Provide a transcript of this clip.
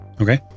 Okay